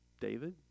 David